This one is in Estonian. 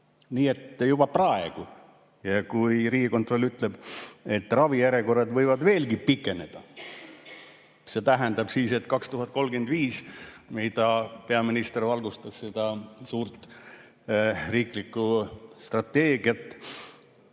Nii et juba praegu. Kui Riigikontroll ütleb, et ravijärjekorrad võivad veelgi pikeneda, kas see tähendab siis, et 2035 – peaminister valgustas seda suurt riiklikku strateegiat,